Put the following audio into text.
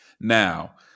Now